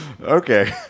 Okay